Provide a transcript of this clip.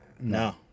No